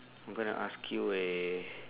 I'm gonna ask you a